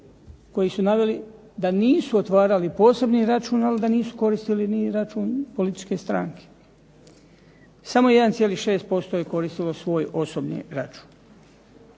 koji su naveli da nisu otvarali posebni račun, ali da nisu koristili ni račun političke stranke. Samo 1,6% je koristilo svoj osobni račun.